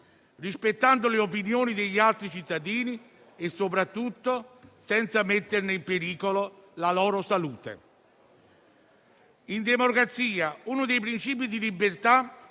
rispettando le opinioni degli altri cittadini e soprattutto senza mettere in pericolo la loro salute. In democrazia uno dei principi di libertà